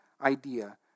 idea